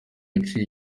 yaciye